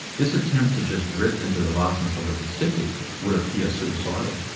this attempt to just drift into the vastness of the pacific would appear suicidal.